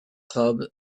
club